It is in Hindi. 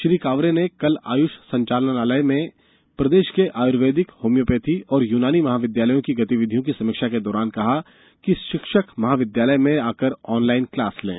श्री कावरे कल आयुष संचालनालय में प्रदेश के आयुर्वेदिक होम्योपैथी और यूनानी महाविद्यालयों की गतिविधियों की समीक्षा के दौरान कहा कि शिक्षक महाविद्यालय में आकर ऑनलाइन क्लास लें